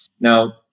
Now